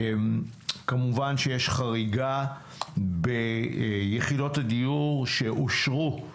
כמובן שיש חריגה ביחידות הדיור שאושרו,